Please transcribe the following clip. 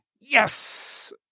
yes